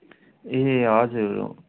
ए हजुर